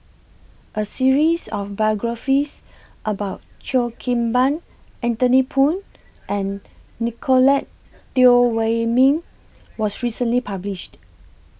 A series of biographies about Cheo Kim Ban Anthony Poon and Nicolette Teo Wei Min was recently published